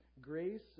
Grace